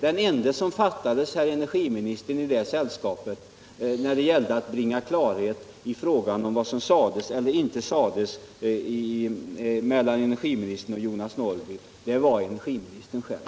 Den ende som fattades i det sällskap som skulle bringa klarhet i frågan om vad som sades eller inte sades i samtalet mellan energiministern och Jonas Norrby, det var energiministern själv.